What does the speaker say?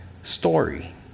story